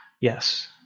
Yes